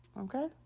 okay